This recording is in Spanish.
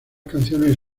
canciones